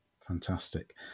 Fantastic